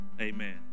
amen